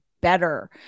better